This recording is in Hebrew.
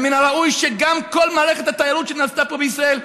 ומן הראוי שגם כל מערכת התיירות שנעשתה פה בישראל,